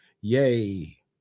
Yay